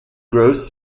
gross